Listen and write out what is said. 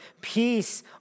Peace